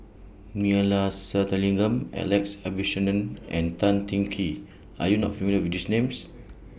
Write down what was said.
Neila Sathyalingam Alex Abisheganaden and Tan Teng Kee Are YOU not familiar with These Names